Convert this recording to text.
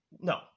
no